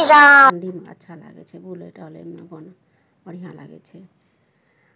ठण्ढीमे अच्छा लागै छै बुलै टहलैमे अपन बढ़िआँ लागै छै